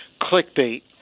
Clickbait